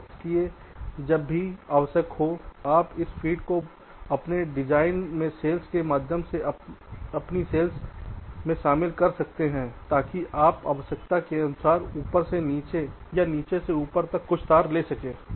इसलिए जब भी आवश्यक हो आप इस फ़ीड को अपने डिजाइन में सेल्स के माध्यम से अपनी सेल्स में शामिल कर सकते हैं ताकि आप आवश्यकता के अनुसार ऊपर से नीचे या नीचे से ऊपर तक कुछ तार ले सकें